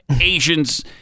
Asians